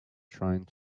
trying